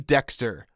Dexter